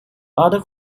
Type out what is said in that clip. other